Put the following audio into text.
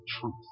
truth